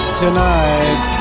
tonight